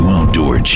Outdoor